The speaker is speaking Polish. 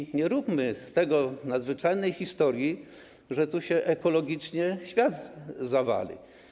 I nie róbmy z tego nadzwyczajnej historii, że tu się ekologicznie świat zawali.